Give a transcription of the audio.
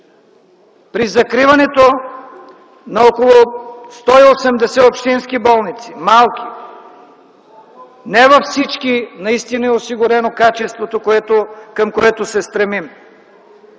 при закриването на около 180 малки общински болници, не във всички наистина е осигурено качеството, към което се стремим,